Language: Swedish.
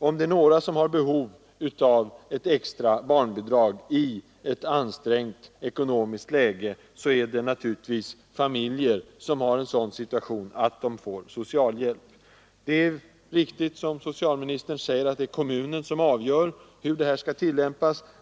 Om det är några som har behov av ett extra barnbidrag i ett ansträngt ekonomiskt läge, är det naturligtvis familjer som har en sådan situation Nr 84 att de får socialljälp: Det är ite som socialministern säger, att det är Fredagen den kommunen som avgör hur bestämmelserna skall tillämpas.